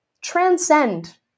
transcend